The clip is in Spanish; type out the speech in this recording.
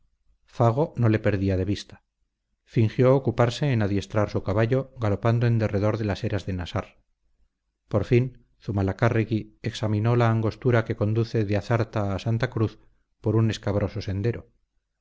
fago no le perdía de vista fingió ocuparse en adiestrar su caballo galopando en derredor de las eras de nasar por fin zumalacárregui examinó la angostura que conduce de azarta a santa cruz por un escabroso sendero